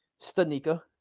Stanika